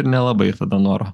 ir nelabai ir tada noro